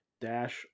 dash